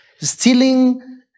Stealing